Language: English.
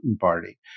party